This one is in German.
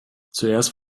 zuerst